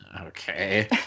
Okay